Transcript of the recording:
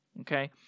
Okay